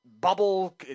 Bubble